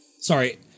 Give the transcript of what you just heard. Sorry